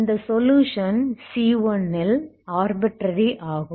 இந்த solution c1 ல் என்பது ஆர்பிட்ரரி ஆகும்